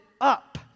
up